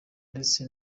ndetse